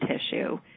tissue